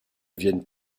viennent